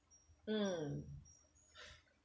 mm